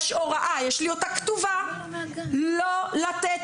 יש הוראה יש לי אותה כתובה לא לתת